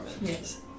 Yes